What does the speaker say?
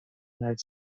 united